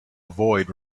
avoid